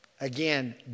again